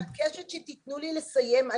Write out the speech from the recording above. אני מבקשת שתתנו לי לסיים.